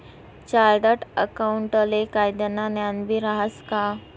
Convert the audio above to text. chartered अकाऊंटले कायदानं ज्ञानबी रहास का